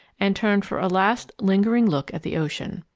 and turned for a last, lingering look at the ocean.